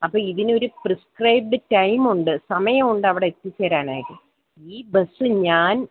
അപ്പം ഇതിനൊരു പ്രിസ്ക്രൈബ്ഡ് ടൈമുണ്ട സമയമുണ്ടവിടെത്തിച്ചേരാനായിട്ട് ഈ ബസ് ഞാൻ